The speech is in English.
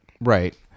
Right